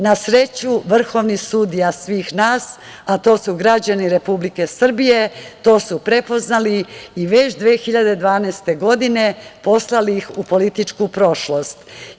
Na sreću, vrhovni sudija svih nas, a to su građani Republike Srbije, to su prepoznali i već 2012. godine poslali ih u političku prošlost.